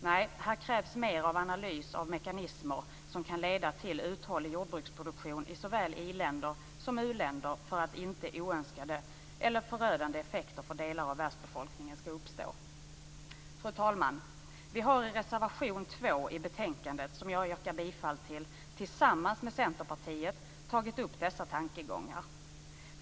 Nej, här krävs mer av analys av mekanismer som kan leda till uthållig jordbruksproduktion i såväl i-länder som uländer för att inte oönskade eller förödande effekter för delar av världsbefolkningen ska uppstå. Fru talman! Vi har tillsammans med Centerpartiet i reservation 2 i betänkandet, som jag yrkar bifall till, tagit upp dessa tankegångar.